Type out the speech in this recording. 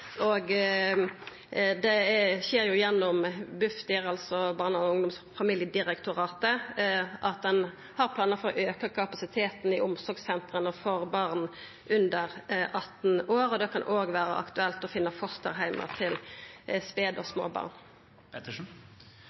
Det skjer gjennom Bufdir, altså Barne-, ungdoms- og familiedirektoratet, der ein har planar for å auka kapasiteten i omsorgssentra for barn under 18 år. Det kan òg vera aktuelt å finna fosterheimar til sped- og